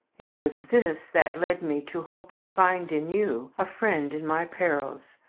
it was this that led me to hope to find in you a friend in my perils,